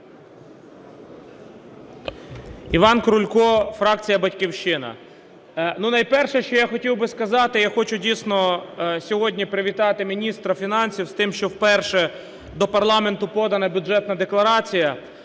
Іван Крулько, фракція "Батьківщина". Ну, найперше, що я хотів би сказати, я хочу, дійсно, сьогодні привітати міністра фінансів з тим, що вперше до парламенту подана Бюджетна декларація,